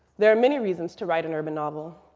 there are many reasons to write an urban novel.